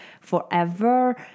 forever